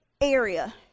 area